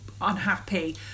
unhappy